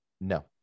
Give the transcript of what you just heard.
No